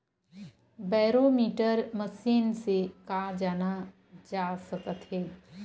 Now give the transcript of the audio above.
Barometer machine से का जाना जा सकत हे?